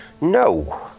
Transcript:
No